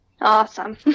awesome